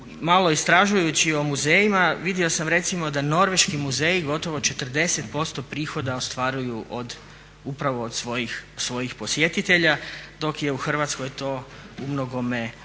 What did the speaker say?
Malo istražujući o muzejima vidio sam recimo da norveški muzeji gotovo 40% prihoda ostvaruju upravo od svojih posjetitelja dok je u Hrvatskoj to u mnogome